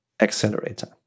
accelerator